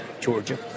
Georgia